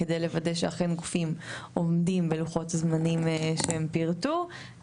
כדי לוודא שאכן גופים עומדים בלוחות הזמנים שהם פירטו,